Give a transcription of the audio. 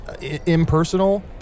impersonal